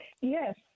Yes